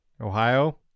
Ohio